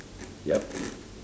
yup